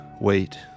wait